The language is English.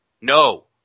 No